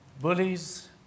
bullies